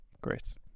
great